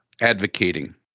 advocating